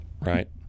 Right